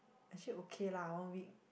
actually okay lah one week